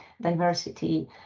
diversity